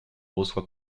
reçoit